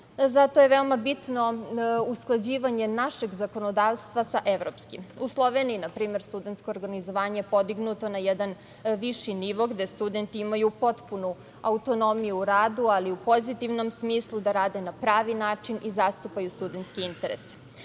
Zato je veoma bitno usklađivanje našeg zakonodavstva sa evropskim.U Sloveniji, na primer, studentsko organizovanje je podignuto na jedan viši nivo, gde studenti imaju potpunu autonomiju u radu, ali u pozitivnom smislu, da rade na pravi način i zastupaju studentski